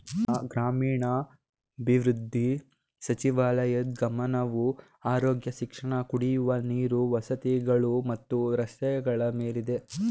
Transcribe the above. ಗ್ರಾಮೀಣಾಭಿವೃದ್ಧಿ ಸಚಿವಾಲಯದ್ ಗಮನವು ಆರೋಗ್ಯ ಶಿಕ್ಷಣ ಕುಡಿಯುವ ನೀರು ವಸತಿಗಳು ಮತ್ತು ರಸ್ತೆಗಳ ಮೇಲಿದೆ